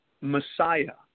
Messiah